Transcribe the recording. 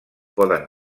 poden